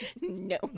No